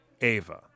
Ava